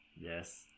Yes